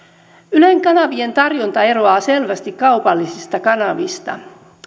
ylen kanavien tarjonta eroaa selvästi kaupallisista kanavista